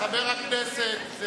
חבר הכנסת,